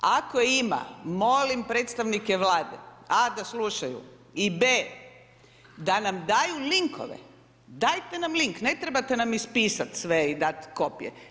Ako ima, molim predstavnike Vlade, A da slušaju i B da nam daju linkove, dajte nam link, ne trebate nam ispisati sve i dati kopije.